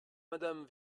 madame